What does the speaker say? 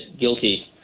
guilty